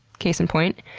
case in point.